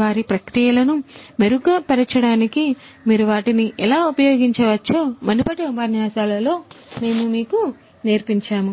వారి ప్రక్రియలను మెరుగ్గా మెరుగుపరచడానికి మీరు వాటిని ఎలా ఉపయోగించవచ్చో మునుపటి ఉపన్యాసాలలో మేము మీకు నేర్పించాము